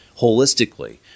holistically